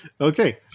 Okay